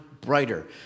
brighter